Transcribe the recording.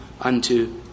unto